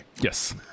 Yes